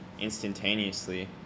instantaneously